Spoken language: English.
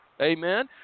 Amen